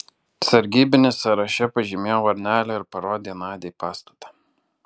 sargybinis sąraše pažymėjo varnelę ir parodė nadiai pastatą